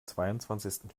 zweiundzwanzigsten